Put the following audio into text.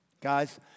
Guys